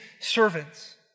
servants